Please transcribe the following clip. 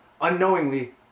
unknowingly